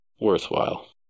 worthwhile